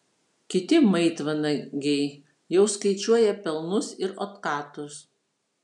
kiti maitvanagiai jau skaičiuoja pelnus ir otkatus